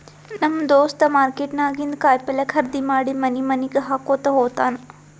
ನಮ್ ದೋಸ್ತ ಮಾರ್ಕೆಟ್ ನಾಗಿಂದ್ ಕಾಯಿ ಪಲ್ಯ ಖರ್ದಿ ಮಾಡಿ ಮನಿ ಮನಿಗ್ ಹಾಕೊತ್ತ ಹೋತ್ತಾನ್